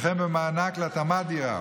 וכן במענק להתאמת דירה,